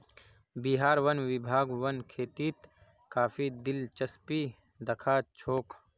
बिहार वन विभाग वन खेतीत काफी दिलचस्पी दखा छोक